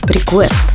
Request